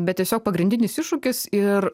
bet tiesiog pagrindinis iššūkis ir